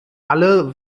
alle